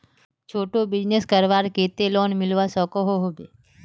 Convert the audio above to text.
छोटो बिजनेस करवार केते लोन मिलवा सकोहो होबे?